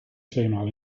tweemaal